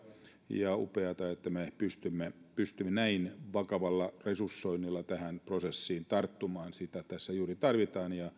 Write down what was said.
ja on upeata että me pystymme näin vakavalla resursoinnilla tähän prosessiin tarttumaan sitä tässä juuri tarvitaan ja